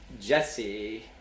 Jesse